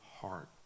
heart